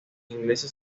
ingleses